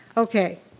okay,